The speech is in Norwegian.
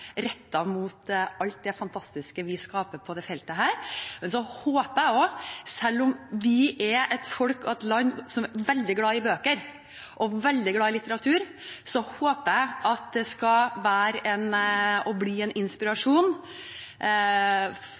skaper på dette feltet. Selv om vi er et folk og et land som er veldig glad i bøker og veldig glad i litteratur, så håper jeg at det også skal bli en inspirasjon for foreldre til å fortsette å lese mye mer for ungene sine, at ungdom som vokser opp, skal bli